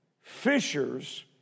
fishers